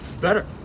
Better